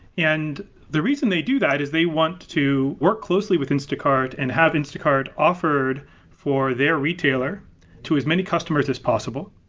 and the reason they do that is they want to work closely with instacart and have instacart offered for their retailer to as many customers as possible.